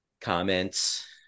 comments